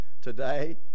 today